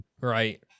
Right